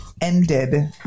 ended